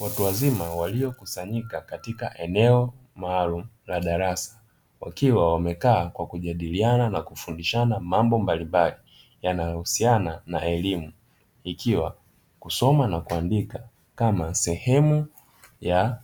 Watu wazima waliokusanyika katika eneo maalumu la darasa, wakiwa wamekaa kwa kujadiliana na kufundishana mambo mbalimbali yanayohusiana na elimu, ikiwa kusoma na kuandika kama sehemu ya